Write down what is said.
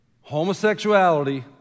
homosexuality